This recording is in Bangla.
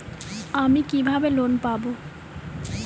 আমি কিভাবে লোন পাব?